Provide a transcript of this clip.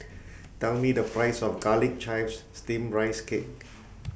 Tell Me The Price of Garlic Chives Steamed Rice Cake